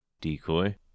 Decoy